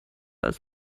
als